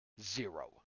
Zero